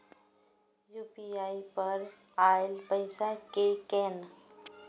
UPI पर आएल पैसा कै कैन?